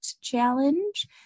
challenge